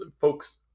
Folks